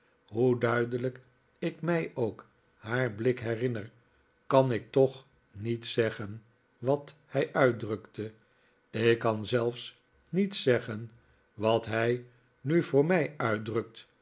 hoe duidelijk ik mij ook haar blik herinner kan ik toch niet zeggen wat hij uitdrukte ik kan zelfs niet zeggen wat hij nu voor mij uitdrukt